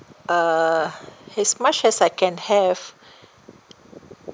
uh as much as I can have